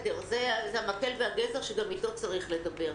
זה המקל והגזר שגם עליו צריך לדבר.